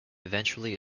eventually